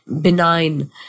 benign